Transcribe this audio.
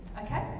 okay